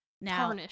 now